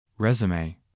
Resume